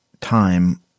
time